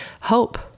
hope